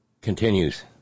continues